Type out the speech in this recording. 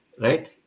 right